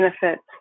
benefits